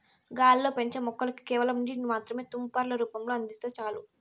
గాలిలో పెంచే మొక్కలకి కేవలం నీటిని మాత్రమే తుంపర్ల రూపంలో అందిస్తే చాలు